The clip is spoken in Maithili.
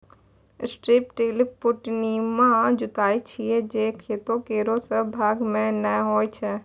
स्ट्रिप टिल पट्टीनुमा जुताई छिकै जे खेतो केरो सब भाग म नै होय छै